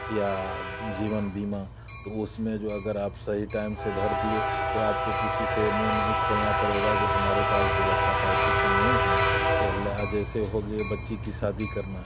या जीवन बीमा तो उसमें जो आप अगर सही टाइम से भर दिए हैं तो आप किसी से मुँह नहीं खोलना पड़ेगा कि हमारे पास व्यवस्था पैसे की नहीं है या जैसे हो गए बच्ची की शादी करना है